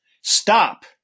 Stop